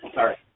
Sorry